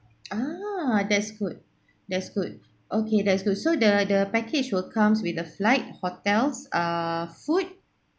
ah that's good that's good okay that's good so the the package will comes with the flight hotels ah food